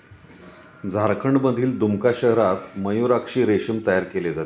झारखंडमधील दुमका शहरात मयूराक्षी रेशीम तयार केले जाते